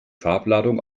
farbladung